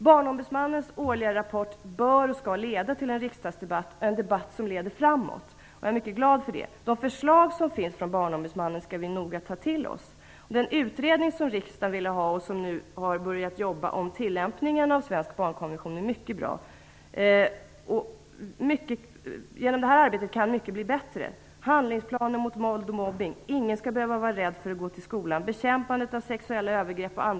Barnombudsmannens årliga rapport bör och skall leda till en riksdagsdebatt, en debatt som leder framåt. Jag är mycket glad för det. De förslag som finns från Barnombudsmannen skall vi ta till oss. Den utredning som riksdagen ville ha och som nu har börjat jobba med svensk tillämpning av barnkonventionen är mycket bra. Genom det arbetet kan mycket bli bättre. Vi behöver få handlingsplaner mot våld och mobbning - ingen skall behöva vara rädd för att gå till skolan. Vi måste bekämpa sexuella och andra övergrepp mot barn.